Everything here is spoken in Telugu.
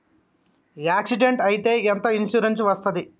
యాక్సిడెంట్ అయితే ఎంత ఇన్సూరెన్స్ వస్తది?